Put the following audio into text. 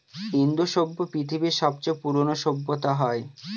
ইন্দু সভ্য পৃথিবীর সবচেয়ে পুরোনো সভ্যতা হয়